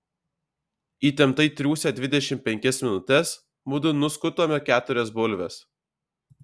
įtemptai triūsę dvidešimt penkias minutes mudu nuskutome keturias bulves